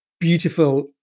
beautiful